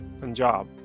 Punjab